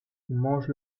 mange